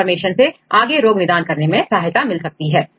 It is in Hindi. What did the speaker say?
इंफॉर्मेशन से आगे रोग निदान करने में सहायता मिल सकती है